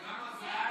לא מוותר.